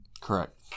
Correct